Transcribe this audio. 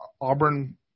Auburn